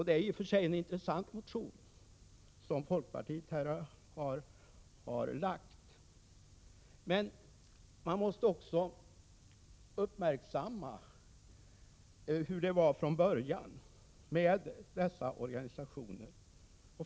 Den folkpartimotion som föranlett denna diskussion är i och för sig intressant. Men man måste också uppmärksamma hur det var från början med dessa organisationer.